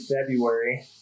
February